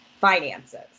finances